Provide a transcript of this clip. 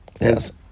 yes